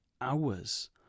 hours